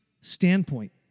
standpoint